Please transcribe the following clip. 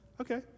Okay